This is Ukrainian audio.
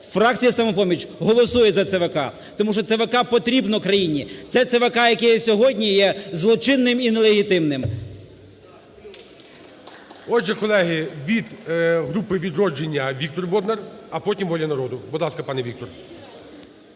фракція "Самопоміч" голосує за ЦВК, тому що ЦВК потрібно країні. Це ЦВК, яке є сьогодні, є злочинним і нелегітимним. ГОЛОВУЮЧИЙ. Отже, колеги, від групи "Відродження" Віктор Бондар, а потім – "Воля народу". Будь ласка, пане Віктор.